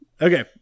Okay